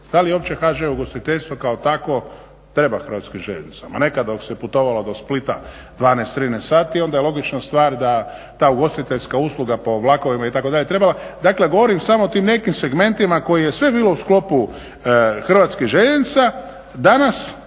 Da li uopće HŽ ugostiteljstvo kao takvo treba Hrvatskim željeznicama? Nekad dok se putovalo do Splita 12, 13 sati onda je logična stvar da ta ugostiteljska usluga po vlakovima itd. je trebala. Dakle, govorim samo o tim nekim segmentima koji su svi bili u sklopu HŽ-a, danas